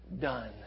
done